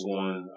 one